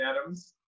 atoms